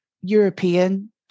European